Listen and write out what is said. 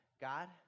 God